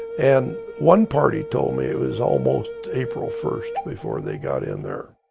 and one party told me it was almost april first before they got in there.